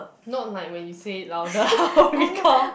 not like when you say it louder I will recall